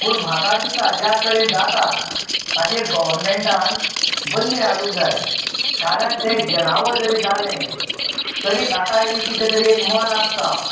पूण म्हाका दिसता ज्या कडेन जातात ताजेर गॉव्हरमेन्टान बंदी हाडूंक जाय कारण तें जनावर जरी जालें तरीय ताकाय बी कितें तरी एक मन आसता